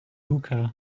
hookah